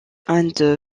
and